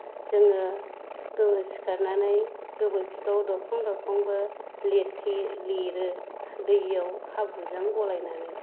जोङो सिखारनानै गोबोरखिखौ दरखं दरखंबो लिरथेयो लिरो दैआव हाब्रुजों गलायनानै